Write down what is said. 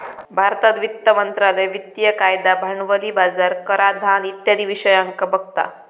भारतात वित्त मंत्रालय वित्तिय कायदा, भांडवली बाजार, कराधान इत्यादी विषयांका बघता